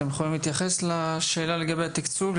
אתם יכולים להתייחס לשאלה בנוגע לתקצוב,